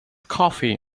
coffee